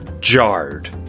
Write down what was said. jarred